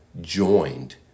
joined